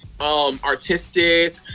artistic